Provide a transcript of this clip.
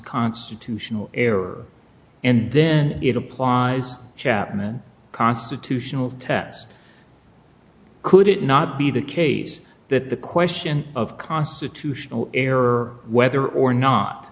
constitutional error and then it applies chapman constitutional tests could it not be the case that the question of constitutional error whether or not